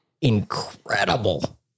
incredible